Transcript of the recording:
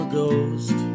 ghost